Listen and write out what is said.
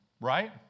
Right